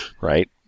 Right